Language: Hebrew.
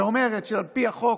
אומרת שעל פי החוק,